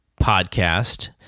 podcast